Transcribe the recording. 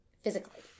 physically